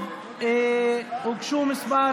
הוגשו כמה